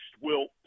Wilt